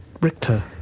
Richter